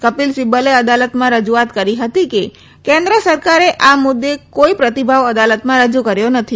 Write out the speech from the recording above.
કપિલ સિબ્બલે અદાલતમાં રજૂઆત કરી હતી કે કેન્દ્ર સરકારે આ મુદ્દે કોઈ પ્રતિભાવ અદાલતમાં રજૂ કર્યો નથી